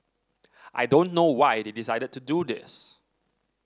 I don't know why they decided to do this